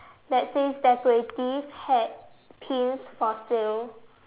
that says decorative hats pins for sale